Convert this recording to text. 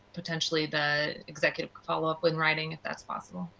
potentially, the executive follow-up in writing, if that's possible